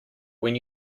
when